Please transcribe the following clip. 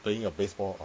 playing your baseball